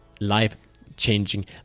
life-changing